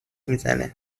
میزنه